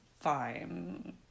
Fine